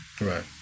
right